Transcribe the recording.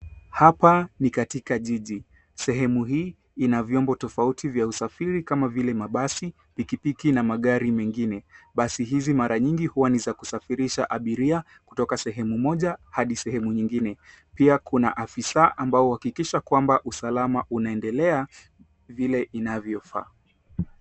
Hapa ni katika jiji. Sehemu hii ina viombo tofauti vya usafiri kama vile mabasi, pikipiki na magari mengine. Basi hizi mara nyingi huwa ni za kusafirisha abiria kutoka sehemu moja hadi sehemu nyingine. Pia kuna afisa ambao huakikisha kwamba usalama unaendelea vile inavyofaa.